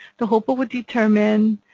the hopa would determine